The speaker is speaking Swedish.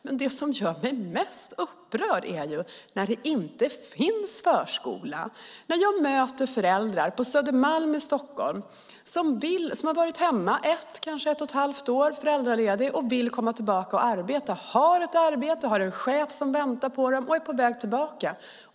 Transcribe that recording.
Men det som gör mig mest upprörd är när det inte finns en förskola. Jag möter föräldrar på Södermalm i Stockholm som varit hemma, som varit föräldralediga, ett år eller kanske ett och ett halvt år och som vill tillbaka till arbetet. De har ett arbete och har en chef som väntar på dem, och de är på väg tillbaka.